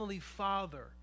father